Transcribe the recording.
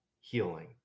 healing